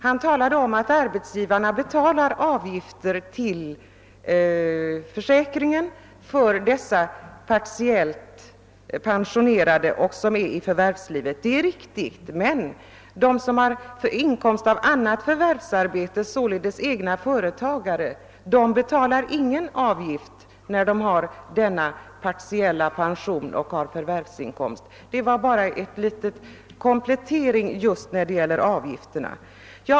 Han talade om att arbetsgivarna betalar avgifter till försäkringen för dessa partiellt pensionerade som är i förvärvslivet. Det är riktigt, men de som har inkomst av annat förvärvsarbete, alltså de som har egna företag, betalar ingen avgift när de har denna partiella pension och förvärvsinkomst. Det var bara en liten komplettering jag ville göra när det gäller avgiften.